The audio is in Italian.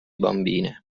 bambine